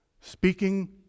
speaking